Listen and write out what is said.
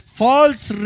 false